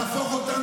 זה כלול.